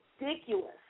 ridiculous